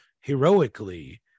heroically